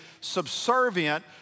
subservient